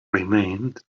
remained